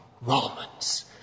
Romans